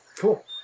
Cool